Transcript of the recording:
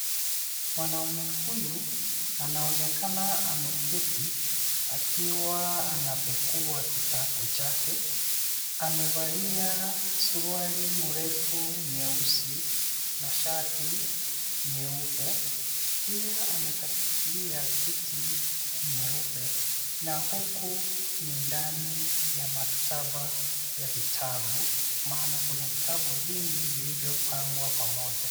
Mwanamume huyu anaonekana ameketi akiwa anapekua kitabu chake. Amevalia suruali mrefu nyeusi na shati nyeupe. Pia amekalia kiti nyeupe na huku ni ndani ya maktaba ya vitabu, maana kuna vitabu vingi vilivyopangwa pamoja.